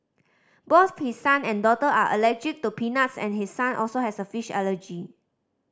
both his son and daughter are allergic to peanuts and his son also has a fish allergy